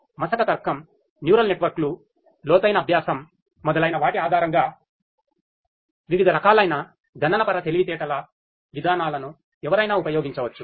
మసక తర్కం న్యూరల్ నెట్వర్క్లు లోతైన అభ్యాసం మొదలైన వాటి ఆధారంగా వివిధ రకాలైన గణనపర తెలివితేటల విధానాలను ఎవరైనా ఉపయోగించవచ్చు